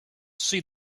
see